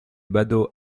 badauds